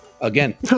Again